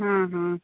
हाँ हाँ